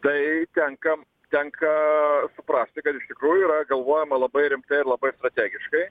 tai tenka tenka suprasti kad iš tikrųjų yra galvojama labai rimtai ir labai strategiškai